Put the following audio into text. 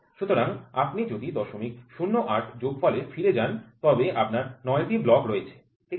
সুতরাং আপনি যদি ০০৮ যোগফলে ফিরে যান তবে আপনার নয়টি ব্লক রয়েছে ঠিক আছে